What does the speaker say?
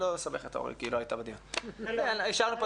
התקנות אושרו.